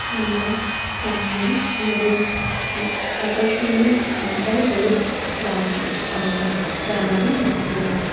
আমরা বাঙালি আমাদের ভা আকর্ষণীয় ভাষাই হলো বাংলা যা আমাদের মাতৃভাষা